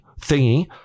thingy